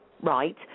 Right